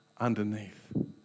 underneath